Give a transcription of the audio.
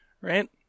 Right